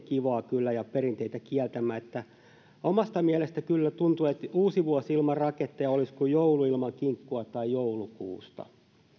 kivaa ja perinteitä kieltämään omasta mielestäni kyllä tuntuu että uusivuosi ilman raketteja olisi kuin joulu ilman kinkkua tai joulukuusta